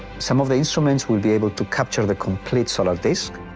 some of the instruments would be able to capture the complete solar disk.